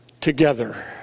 together